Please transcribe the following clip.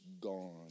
gone